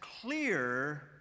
clear